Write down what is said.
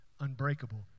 Unbreakable